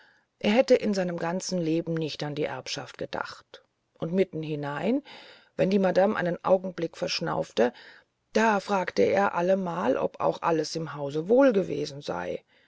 er hätte in seinem ganzen leben nicht an die erbschaft gedacht und mitten hinein wenn die madame einen augenblick verschnaufte da fragte er allemal ob auch alles im hause wohl gewesen sei